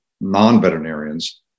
non-veterinarians